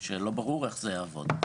שלא ברור איך הם יעבדו.